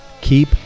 keep